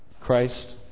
Christ